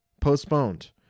postponed